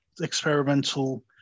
experimental